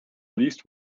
least